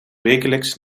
wekelijks